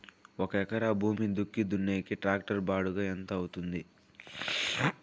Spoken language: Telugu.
ఒక ఎకరా భూమి దుక్కి దున్నేకి టాక్టర్ బాడుగ ఎంత అవుతుంది?